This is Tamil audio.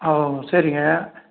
ஆ ஓ சரிங்க